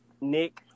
Nick